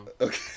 Okay